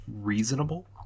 reasonable